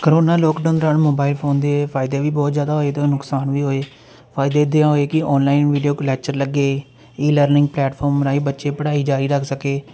corona lockdown ਦੌਰਾਨ mobile phone ਦੇ ਫ਼ਾਇਦੇ ਵੀ ਬਹੁਤ ਜ਼ਿਆਦਾ ਹੋਏ ਅਤੇ ਉਹਦੇ ਨੁਕਸਾਨ ਵੀ ਹੋਏ ਫ਼ਾਇਦੇ ਇੱਦਾਂ ਹੋਏ ਕਿ ਆਨਲਾਈਨ ਵੀਡੀਓ ਕਲੈਚਰ ਲੱਗੇ ਈ ਲਰਨਿੰਗ ਪਲੈਟਫਾਰਮ ਬਣਾਏ ਬੱਚੇ ਪੜ੍ਹਾਈ ਜਾਰੀ ਰੱਖ ਸਕੇ